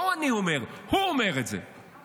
לא אני אומר, הוא אומר את זה.